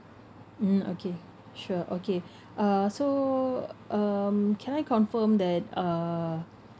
mm okay sure okay uh so um can I confirm that uh